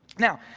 now,